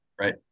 right